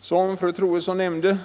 Tvärtom måste det, som fru Troedsson nämnde,